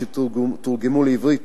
שתורגמו לעברית